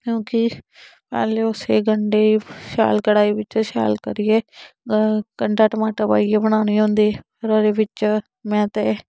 क्योंकि पैह्ले उसी गंढे गी शैल कढ़ाई बिच्च शैल करियै गंढा टमाटर पाइयै बनानी होंदी फेर ओह्दे बिच्च मैं ते